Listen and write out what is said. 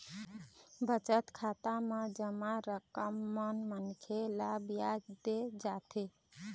बचत खाता म जमा रकम म मनखे ल बियाज दे जाथे